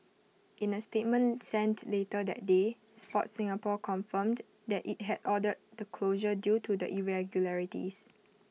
in A statement sent later that day Sport Singapore confirmed that IT had ordered the closure due to the irregularities